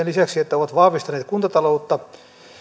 lisäksi että ovat vahvistaneet kuntataloutta